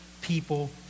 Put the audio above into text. people